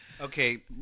Okay